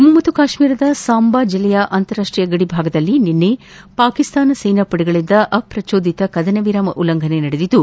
ಜಮ್ನು ಕಾಶ್ನೀರದ ಸಾಂಬಾ ಜಿಲ್ಲೆಯ ಅಂತಾರಾಷ್ಷೀಯ ಗಡಿ ಭಾಗದಲ್ಲಿ ನಿನ್ನೆ ಪಾಕಿಸ್ತಾನ ಸೇನಾಪಡೆಗಳಿಂದ ಅಪ್ರಜೋದಿತ ಕದನ ವಿರಾಮ ಉಲ್ಲಂಘನೆ ನಡೆದಿದ್ದು